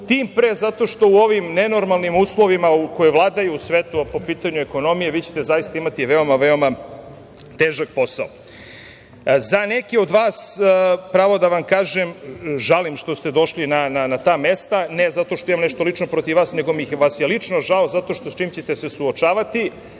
tim pre, zato što u ovim nenormalnim uslovima koji vladaju u svetu, a po pitanju ekonomije, vi ćete zaista imati veoma, veoma, težak posao.Za neke od vas, pravo da vam kažem, žalim što ste došli na ta mesta, ne zato što imam nešto lično protiv vas, nego mi vas je lično žao, zbog toga s čim ćete se suočavati.